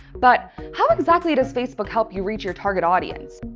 but how exactly does facebook help you reach your target audience?